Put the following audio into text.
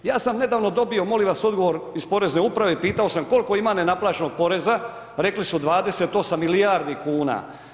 Ja sam nedavno dobio molim vas odgovor iz Porezne uprave i pitao samo koliko ima nenaplaćenog poreza, rekli su 28 milijardi kuna.